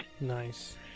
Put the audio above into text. Nice